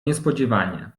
niespodziewanie